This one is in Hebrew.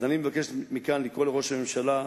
אז אני מבקש מכאן לקרוא לראש הממשלה,